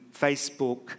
Facebook